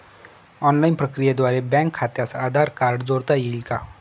Online प्रक्रियेद्वारे bank खात्यास Aadhaar card जोडता येईल का?